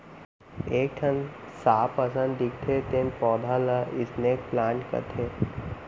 एक ठन सांप असन दिखथे तेन पउधा ल स्नेक प्लांट कथें